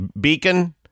beacon